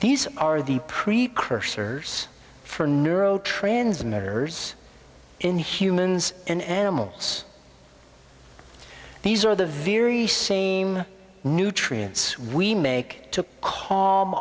these are the precursors for neuro transmitters in humans in animals these are the very same nutrients we make to cal